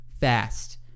fast